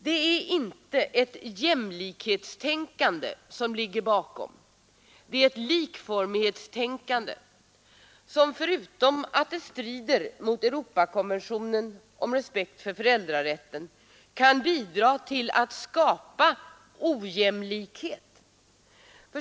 Det är inte ett jämlikhetstänkande som ligger bakom detta, det är ett likformighetstänkande, som förutom att det strider mot Europakonventionen om respekt för föräldrarätten kan bidra till att skapa ojämlikhet.